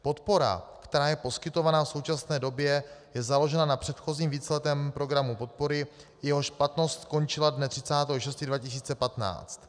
Podpora, která je poskytovaná v současné době, je založená na předchozím víceletém programu podpory, jehož platnost skončila dne 30. 6. 2015.